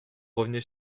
revenez